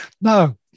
No